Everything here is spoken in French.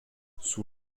sous